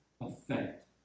effect